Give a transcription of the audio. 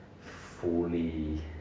fully